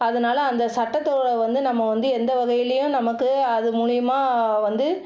அதனால் அந்த சட்டத்தோட வந்து நம்ம வந்து எந்த வகையிலையும் நமக்கு அது மூலயமா வந்து